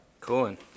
Cooling